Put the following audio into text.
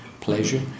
pleasure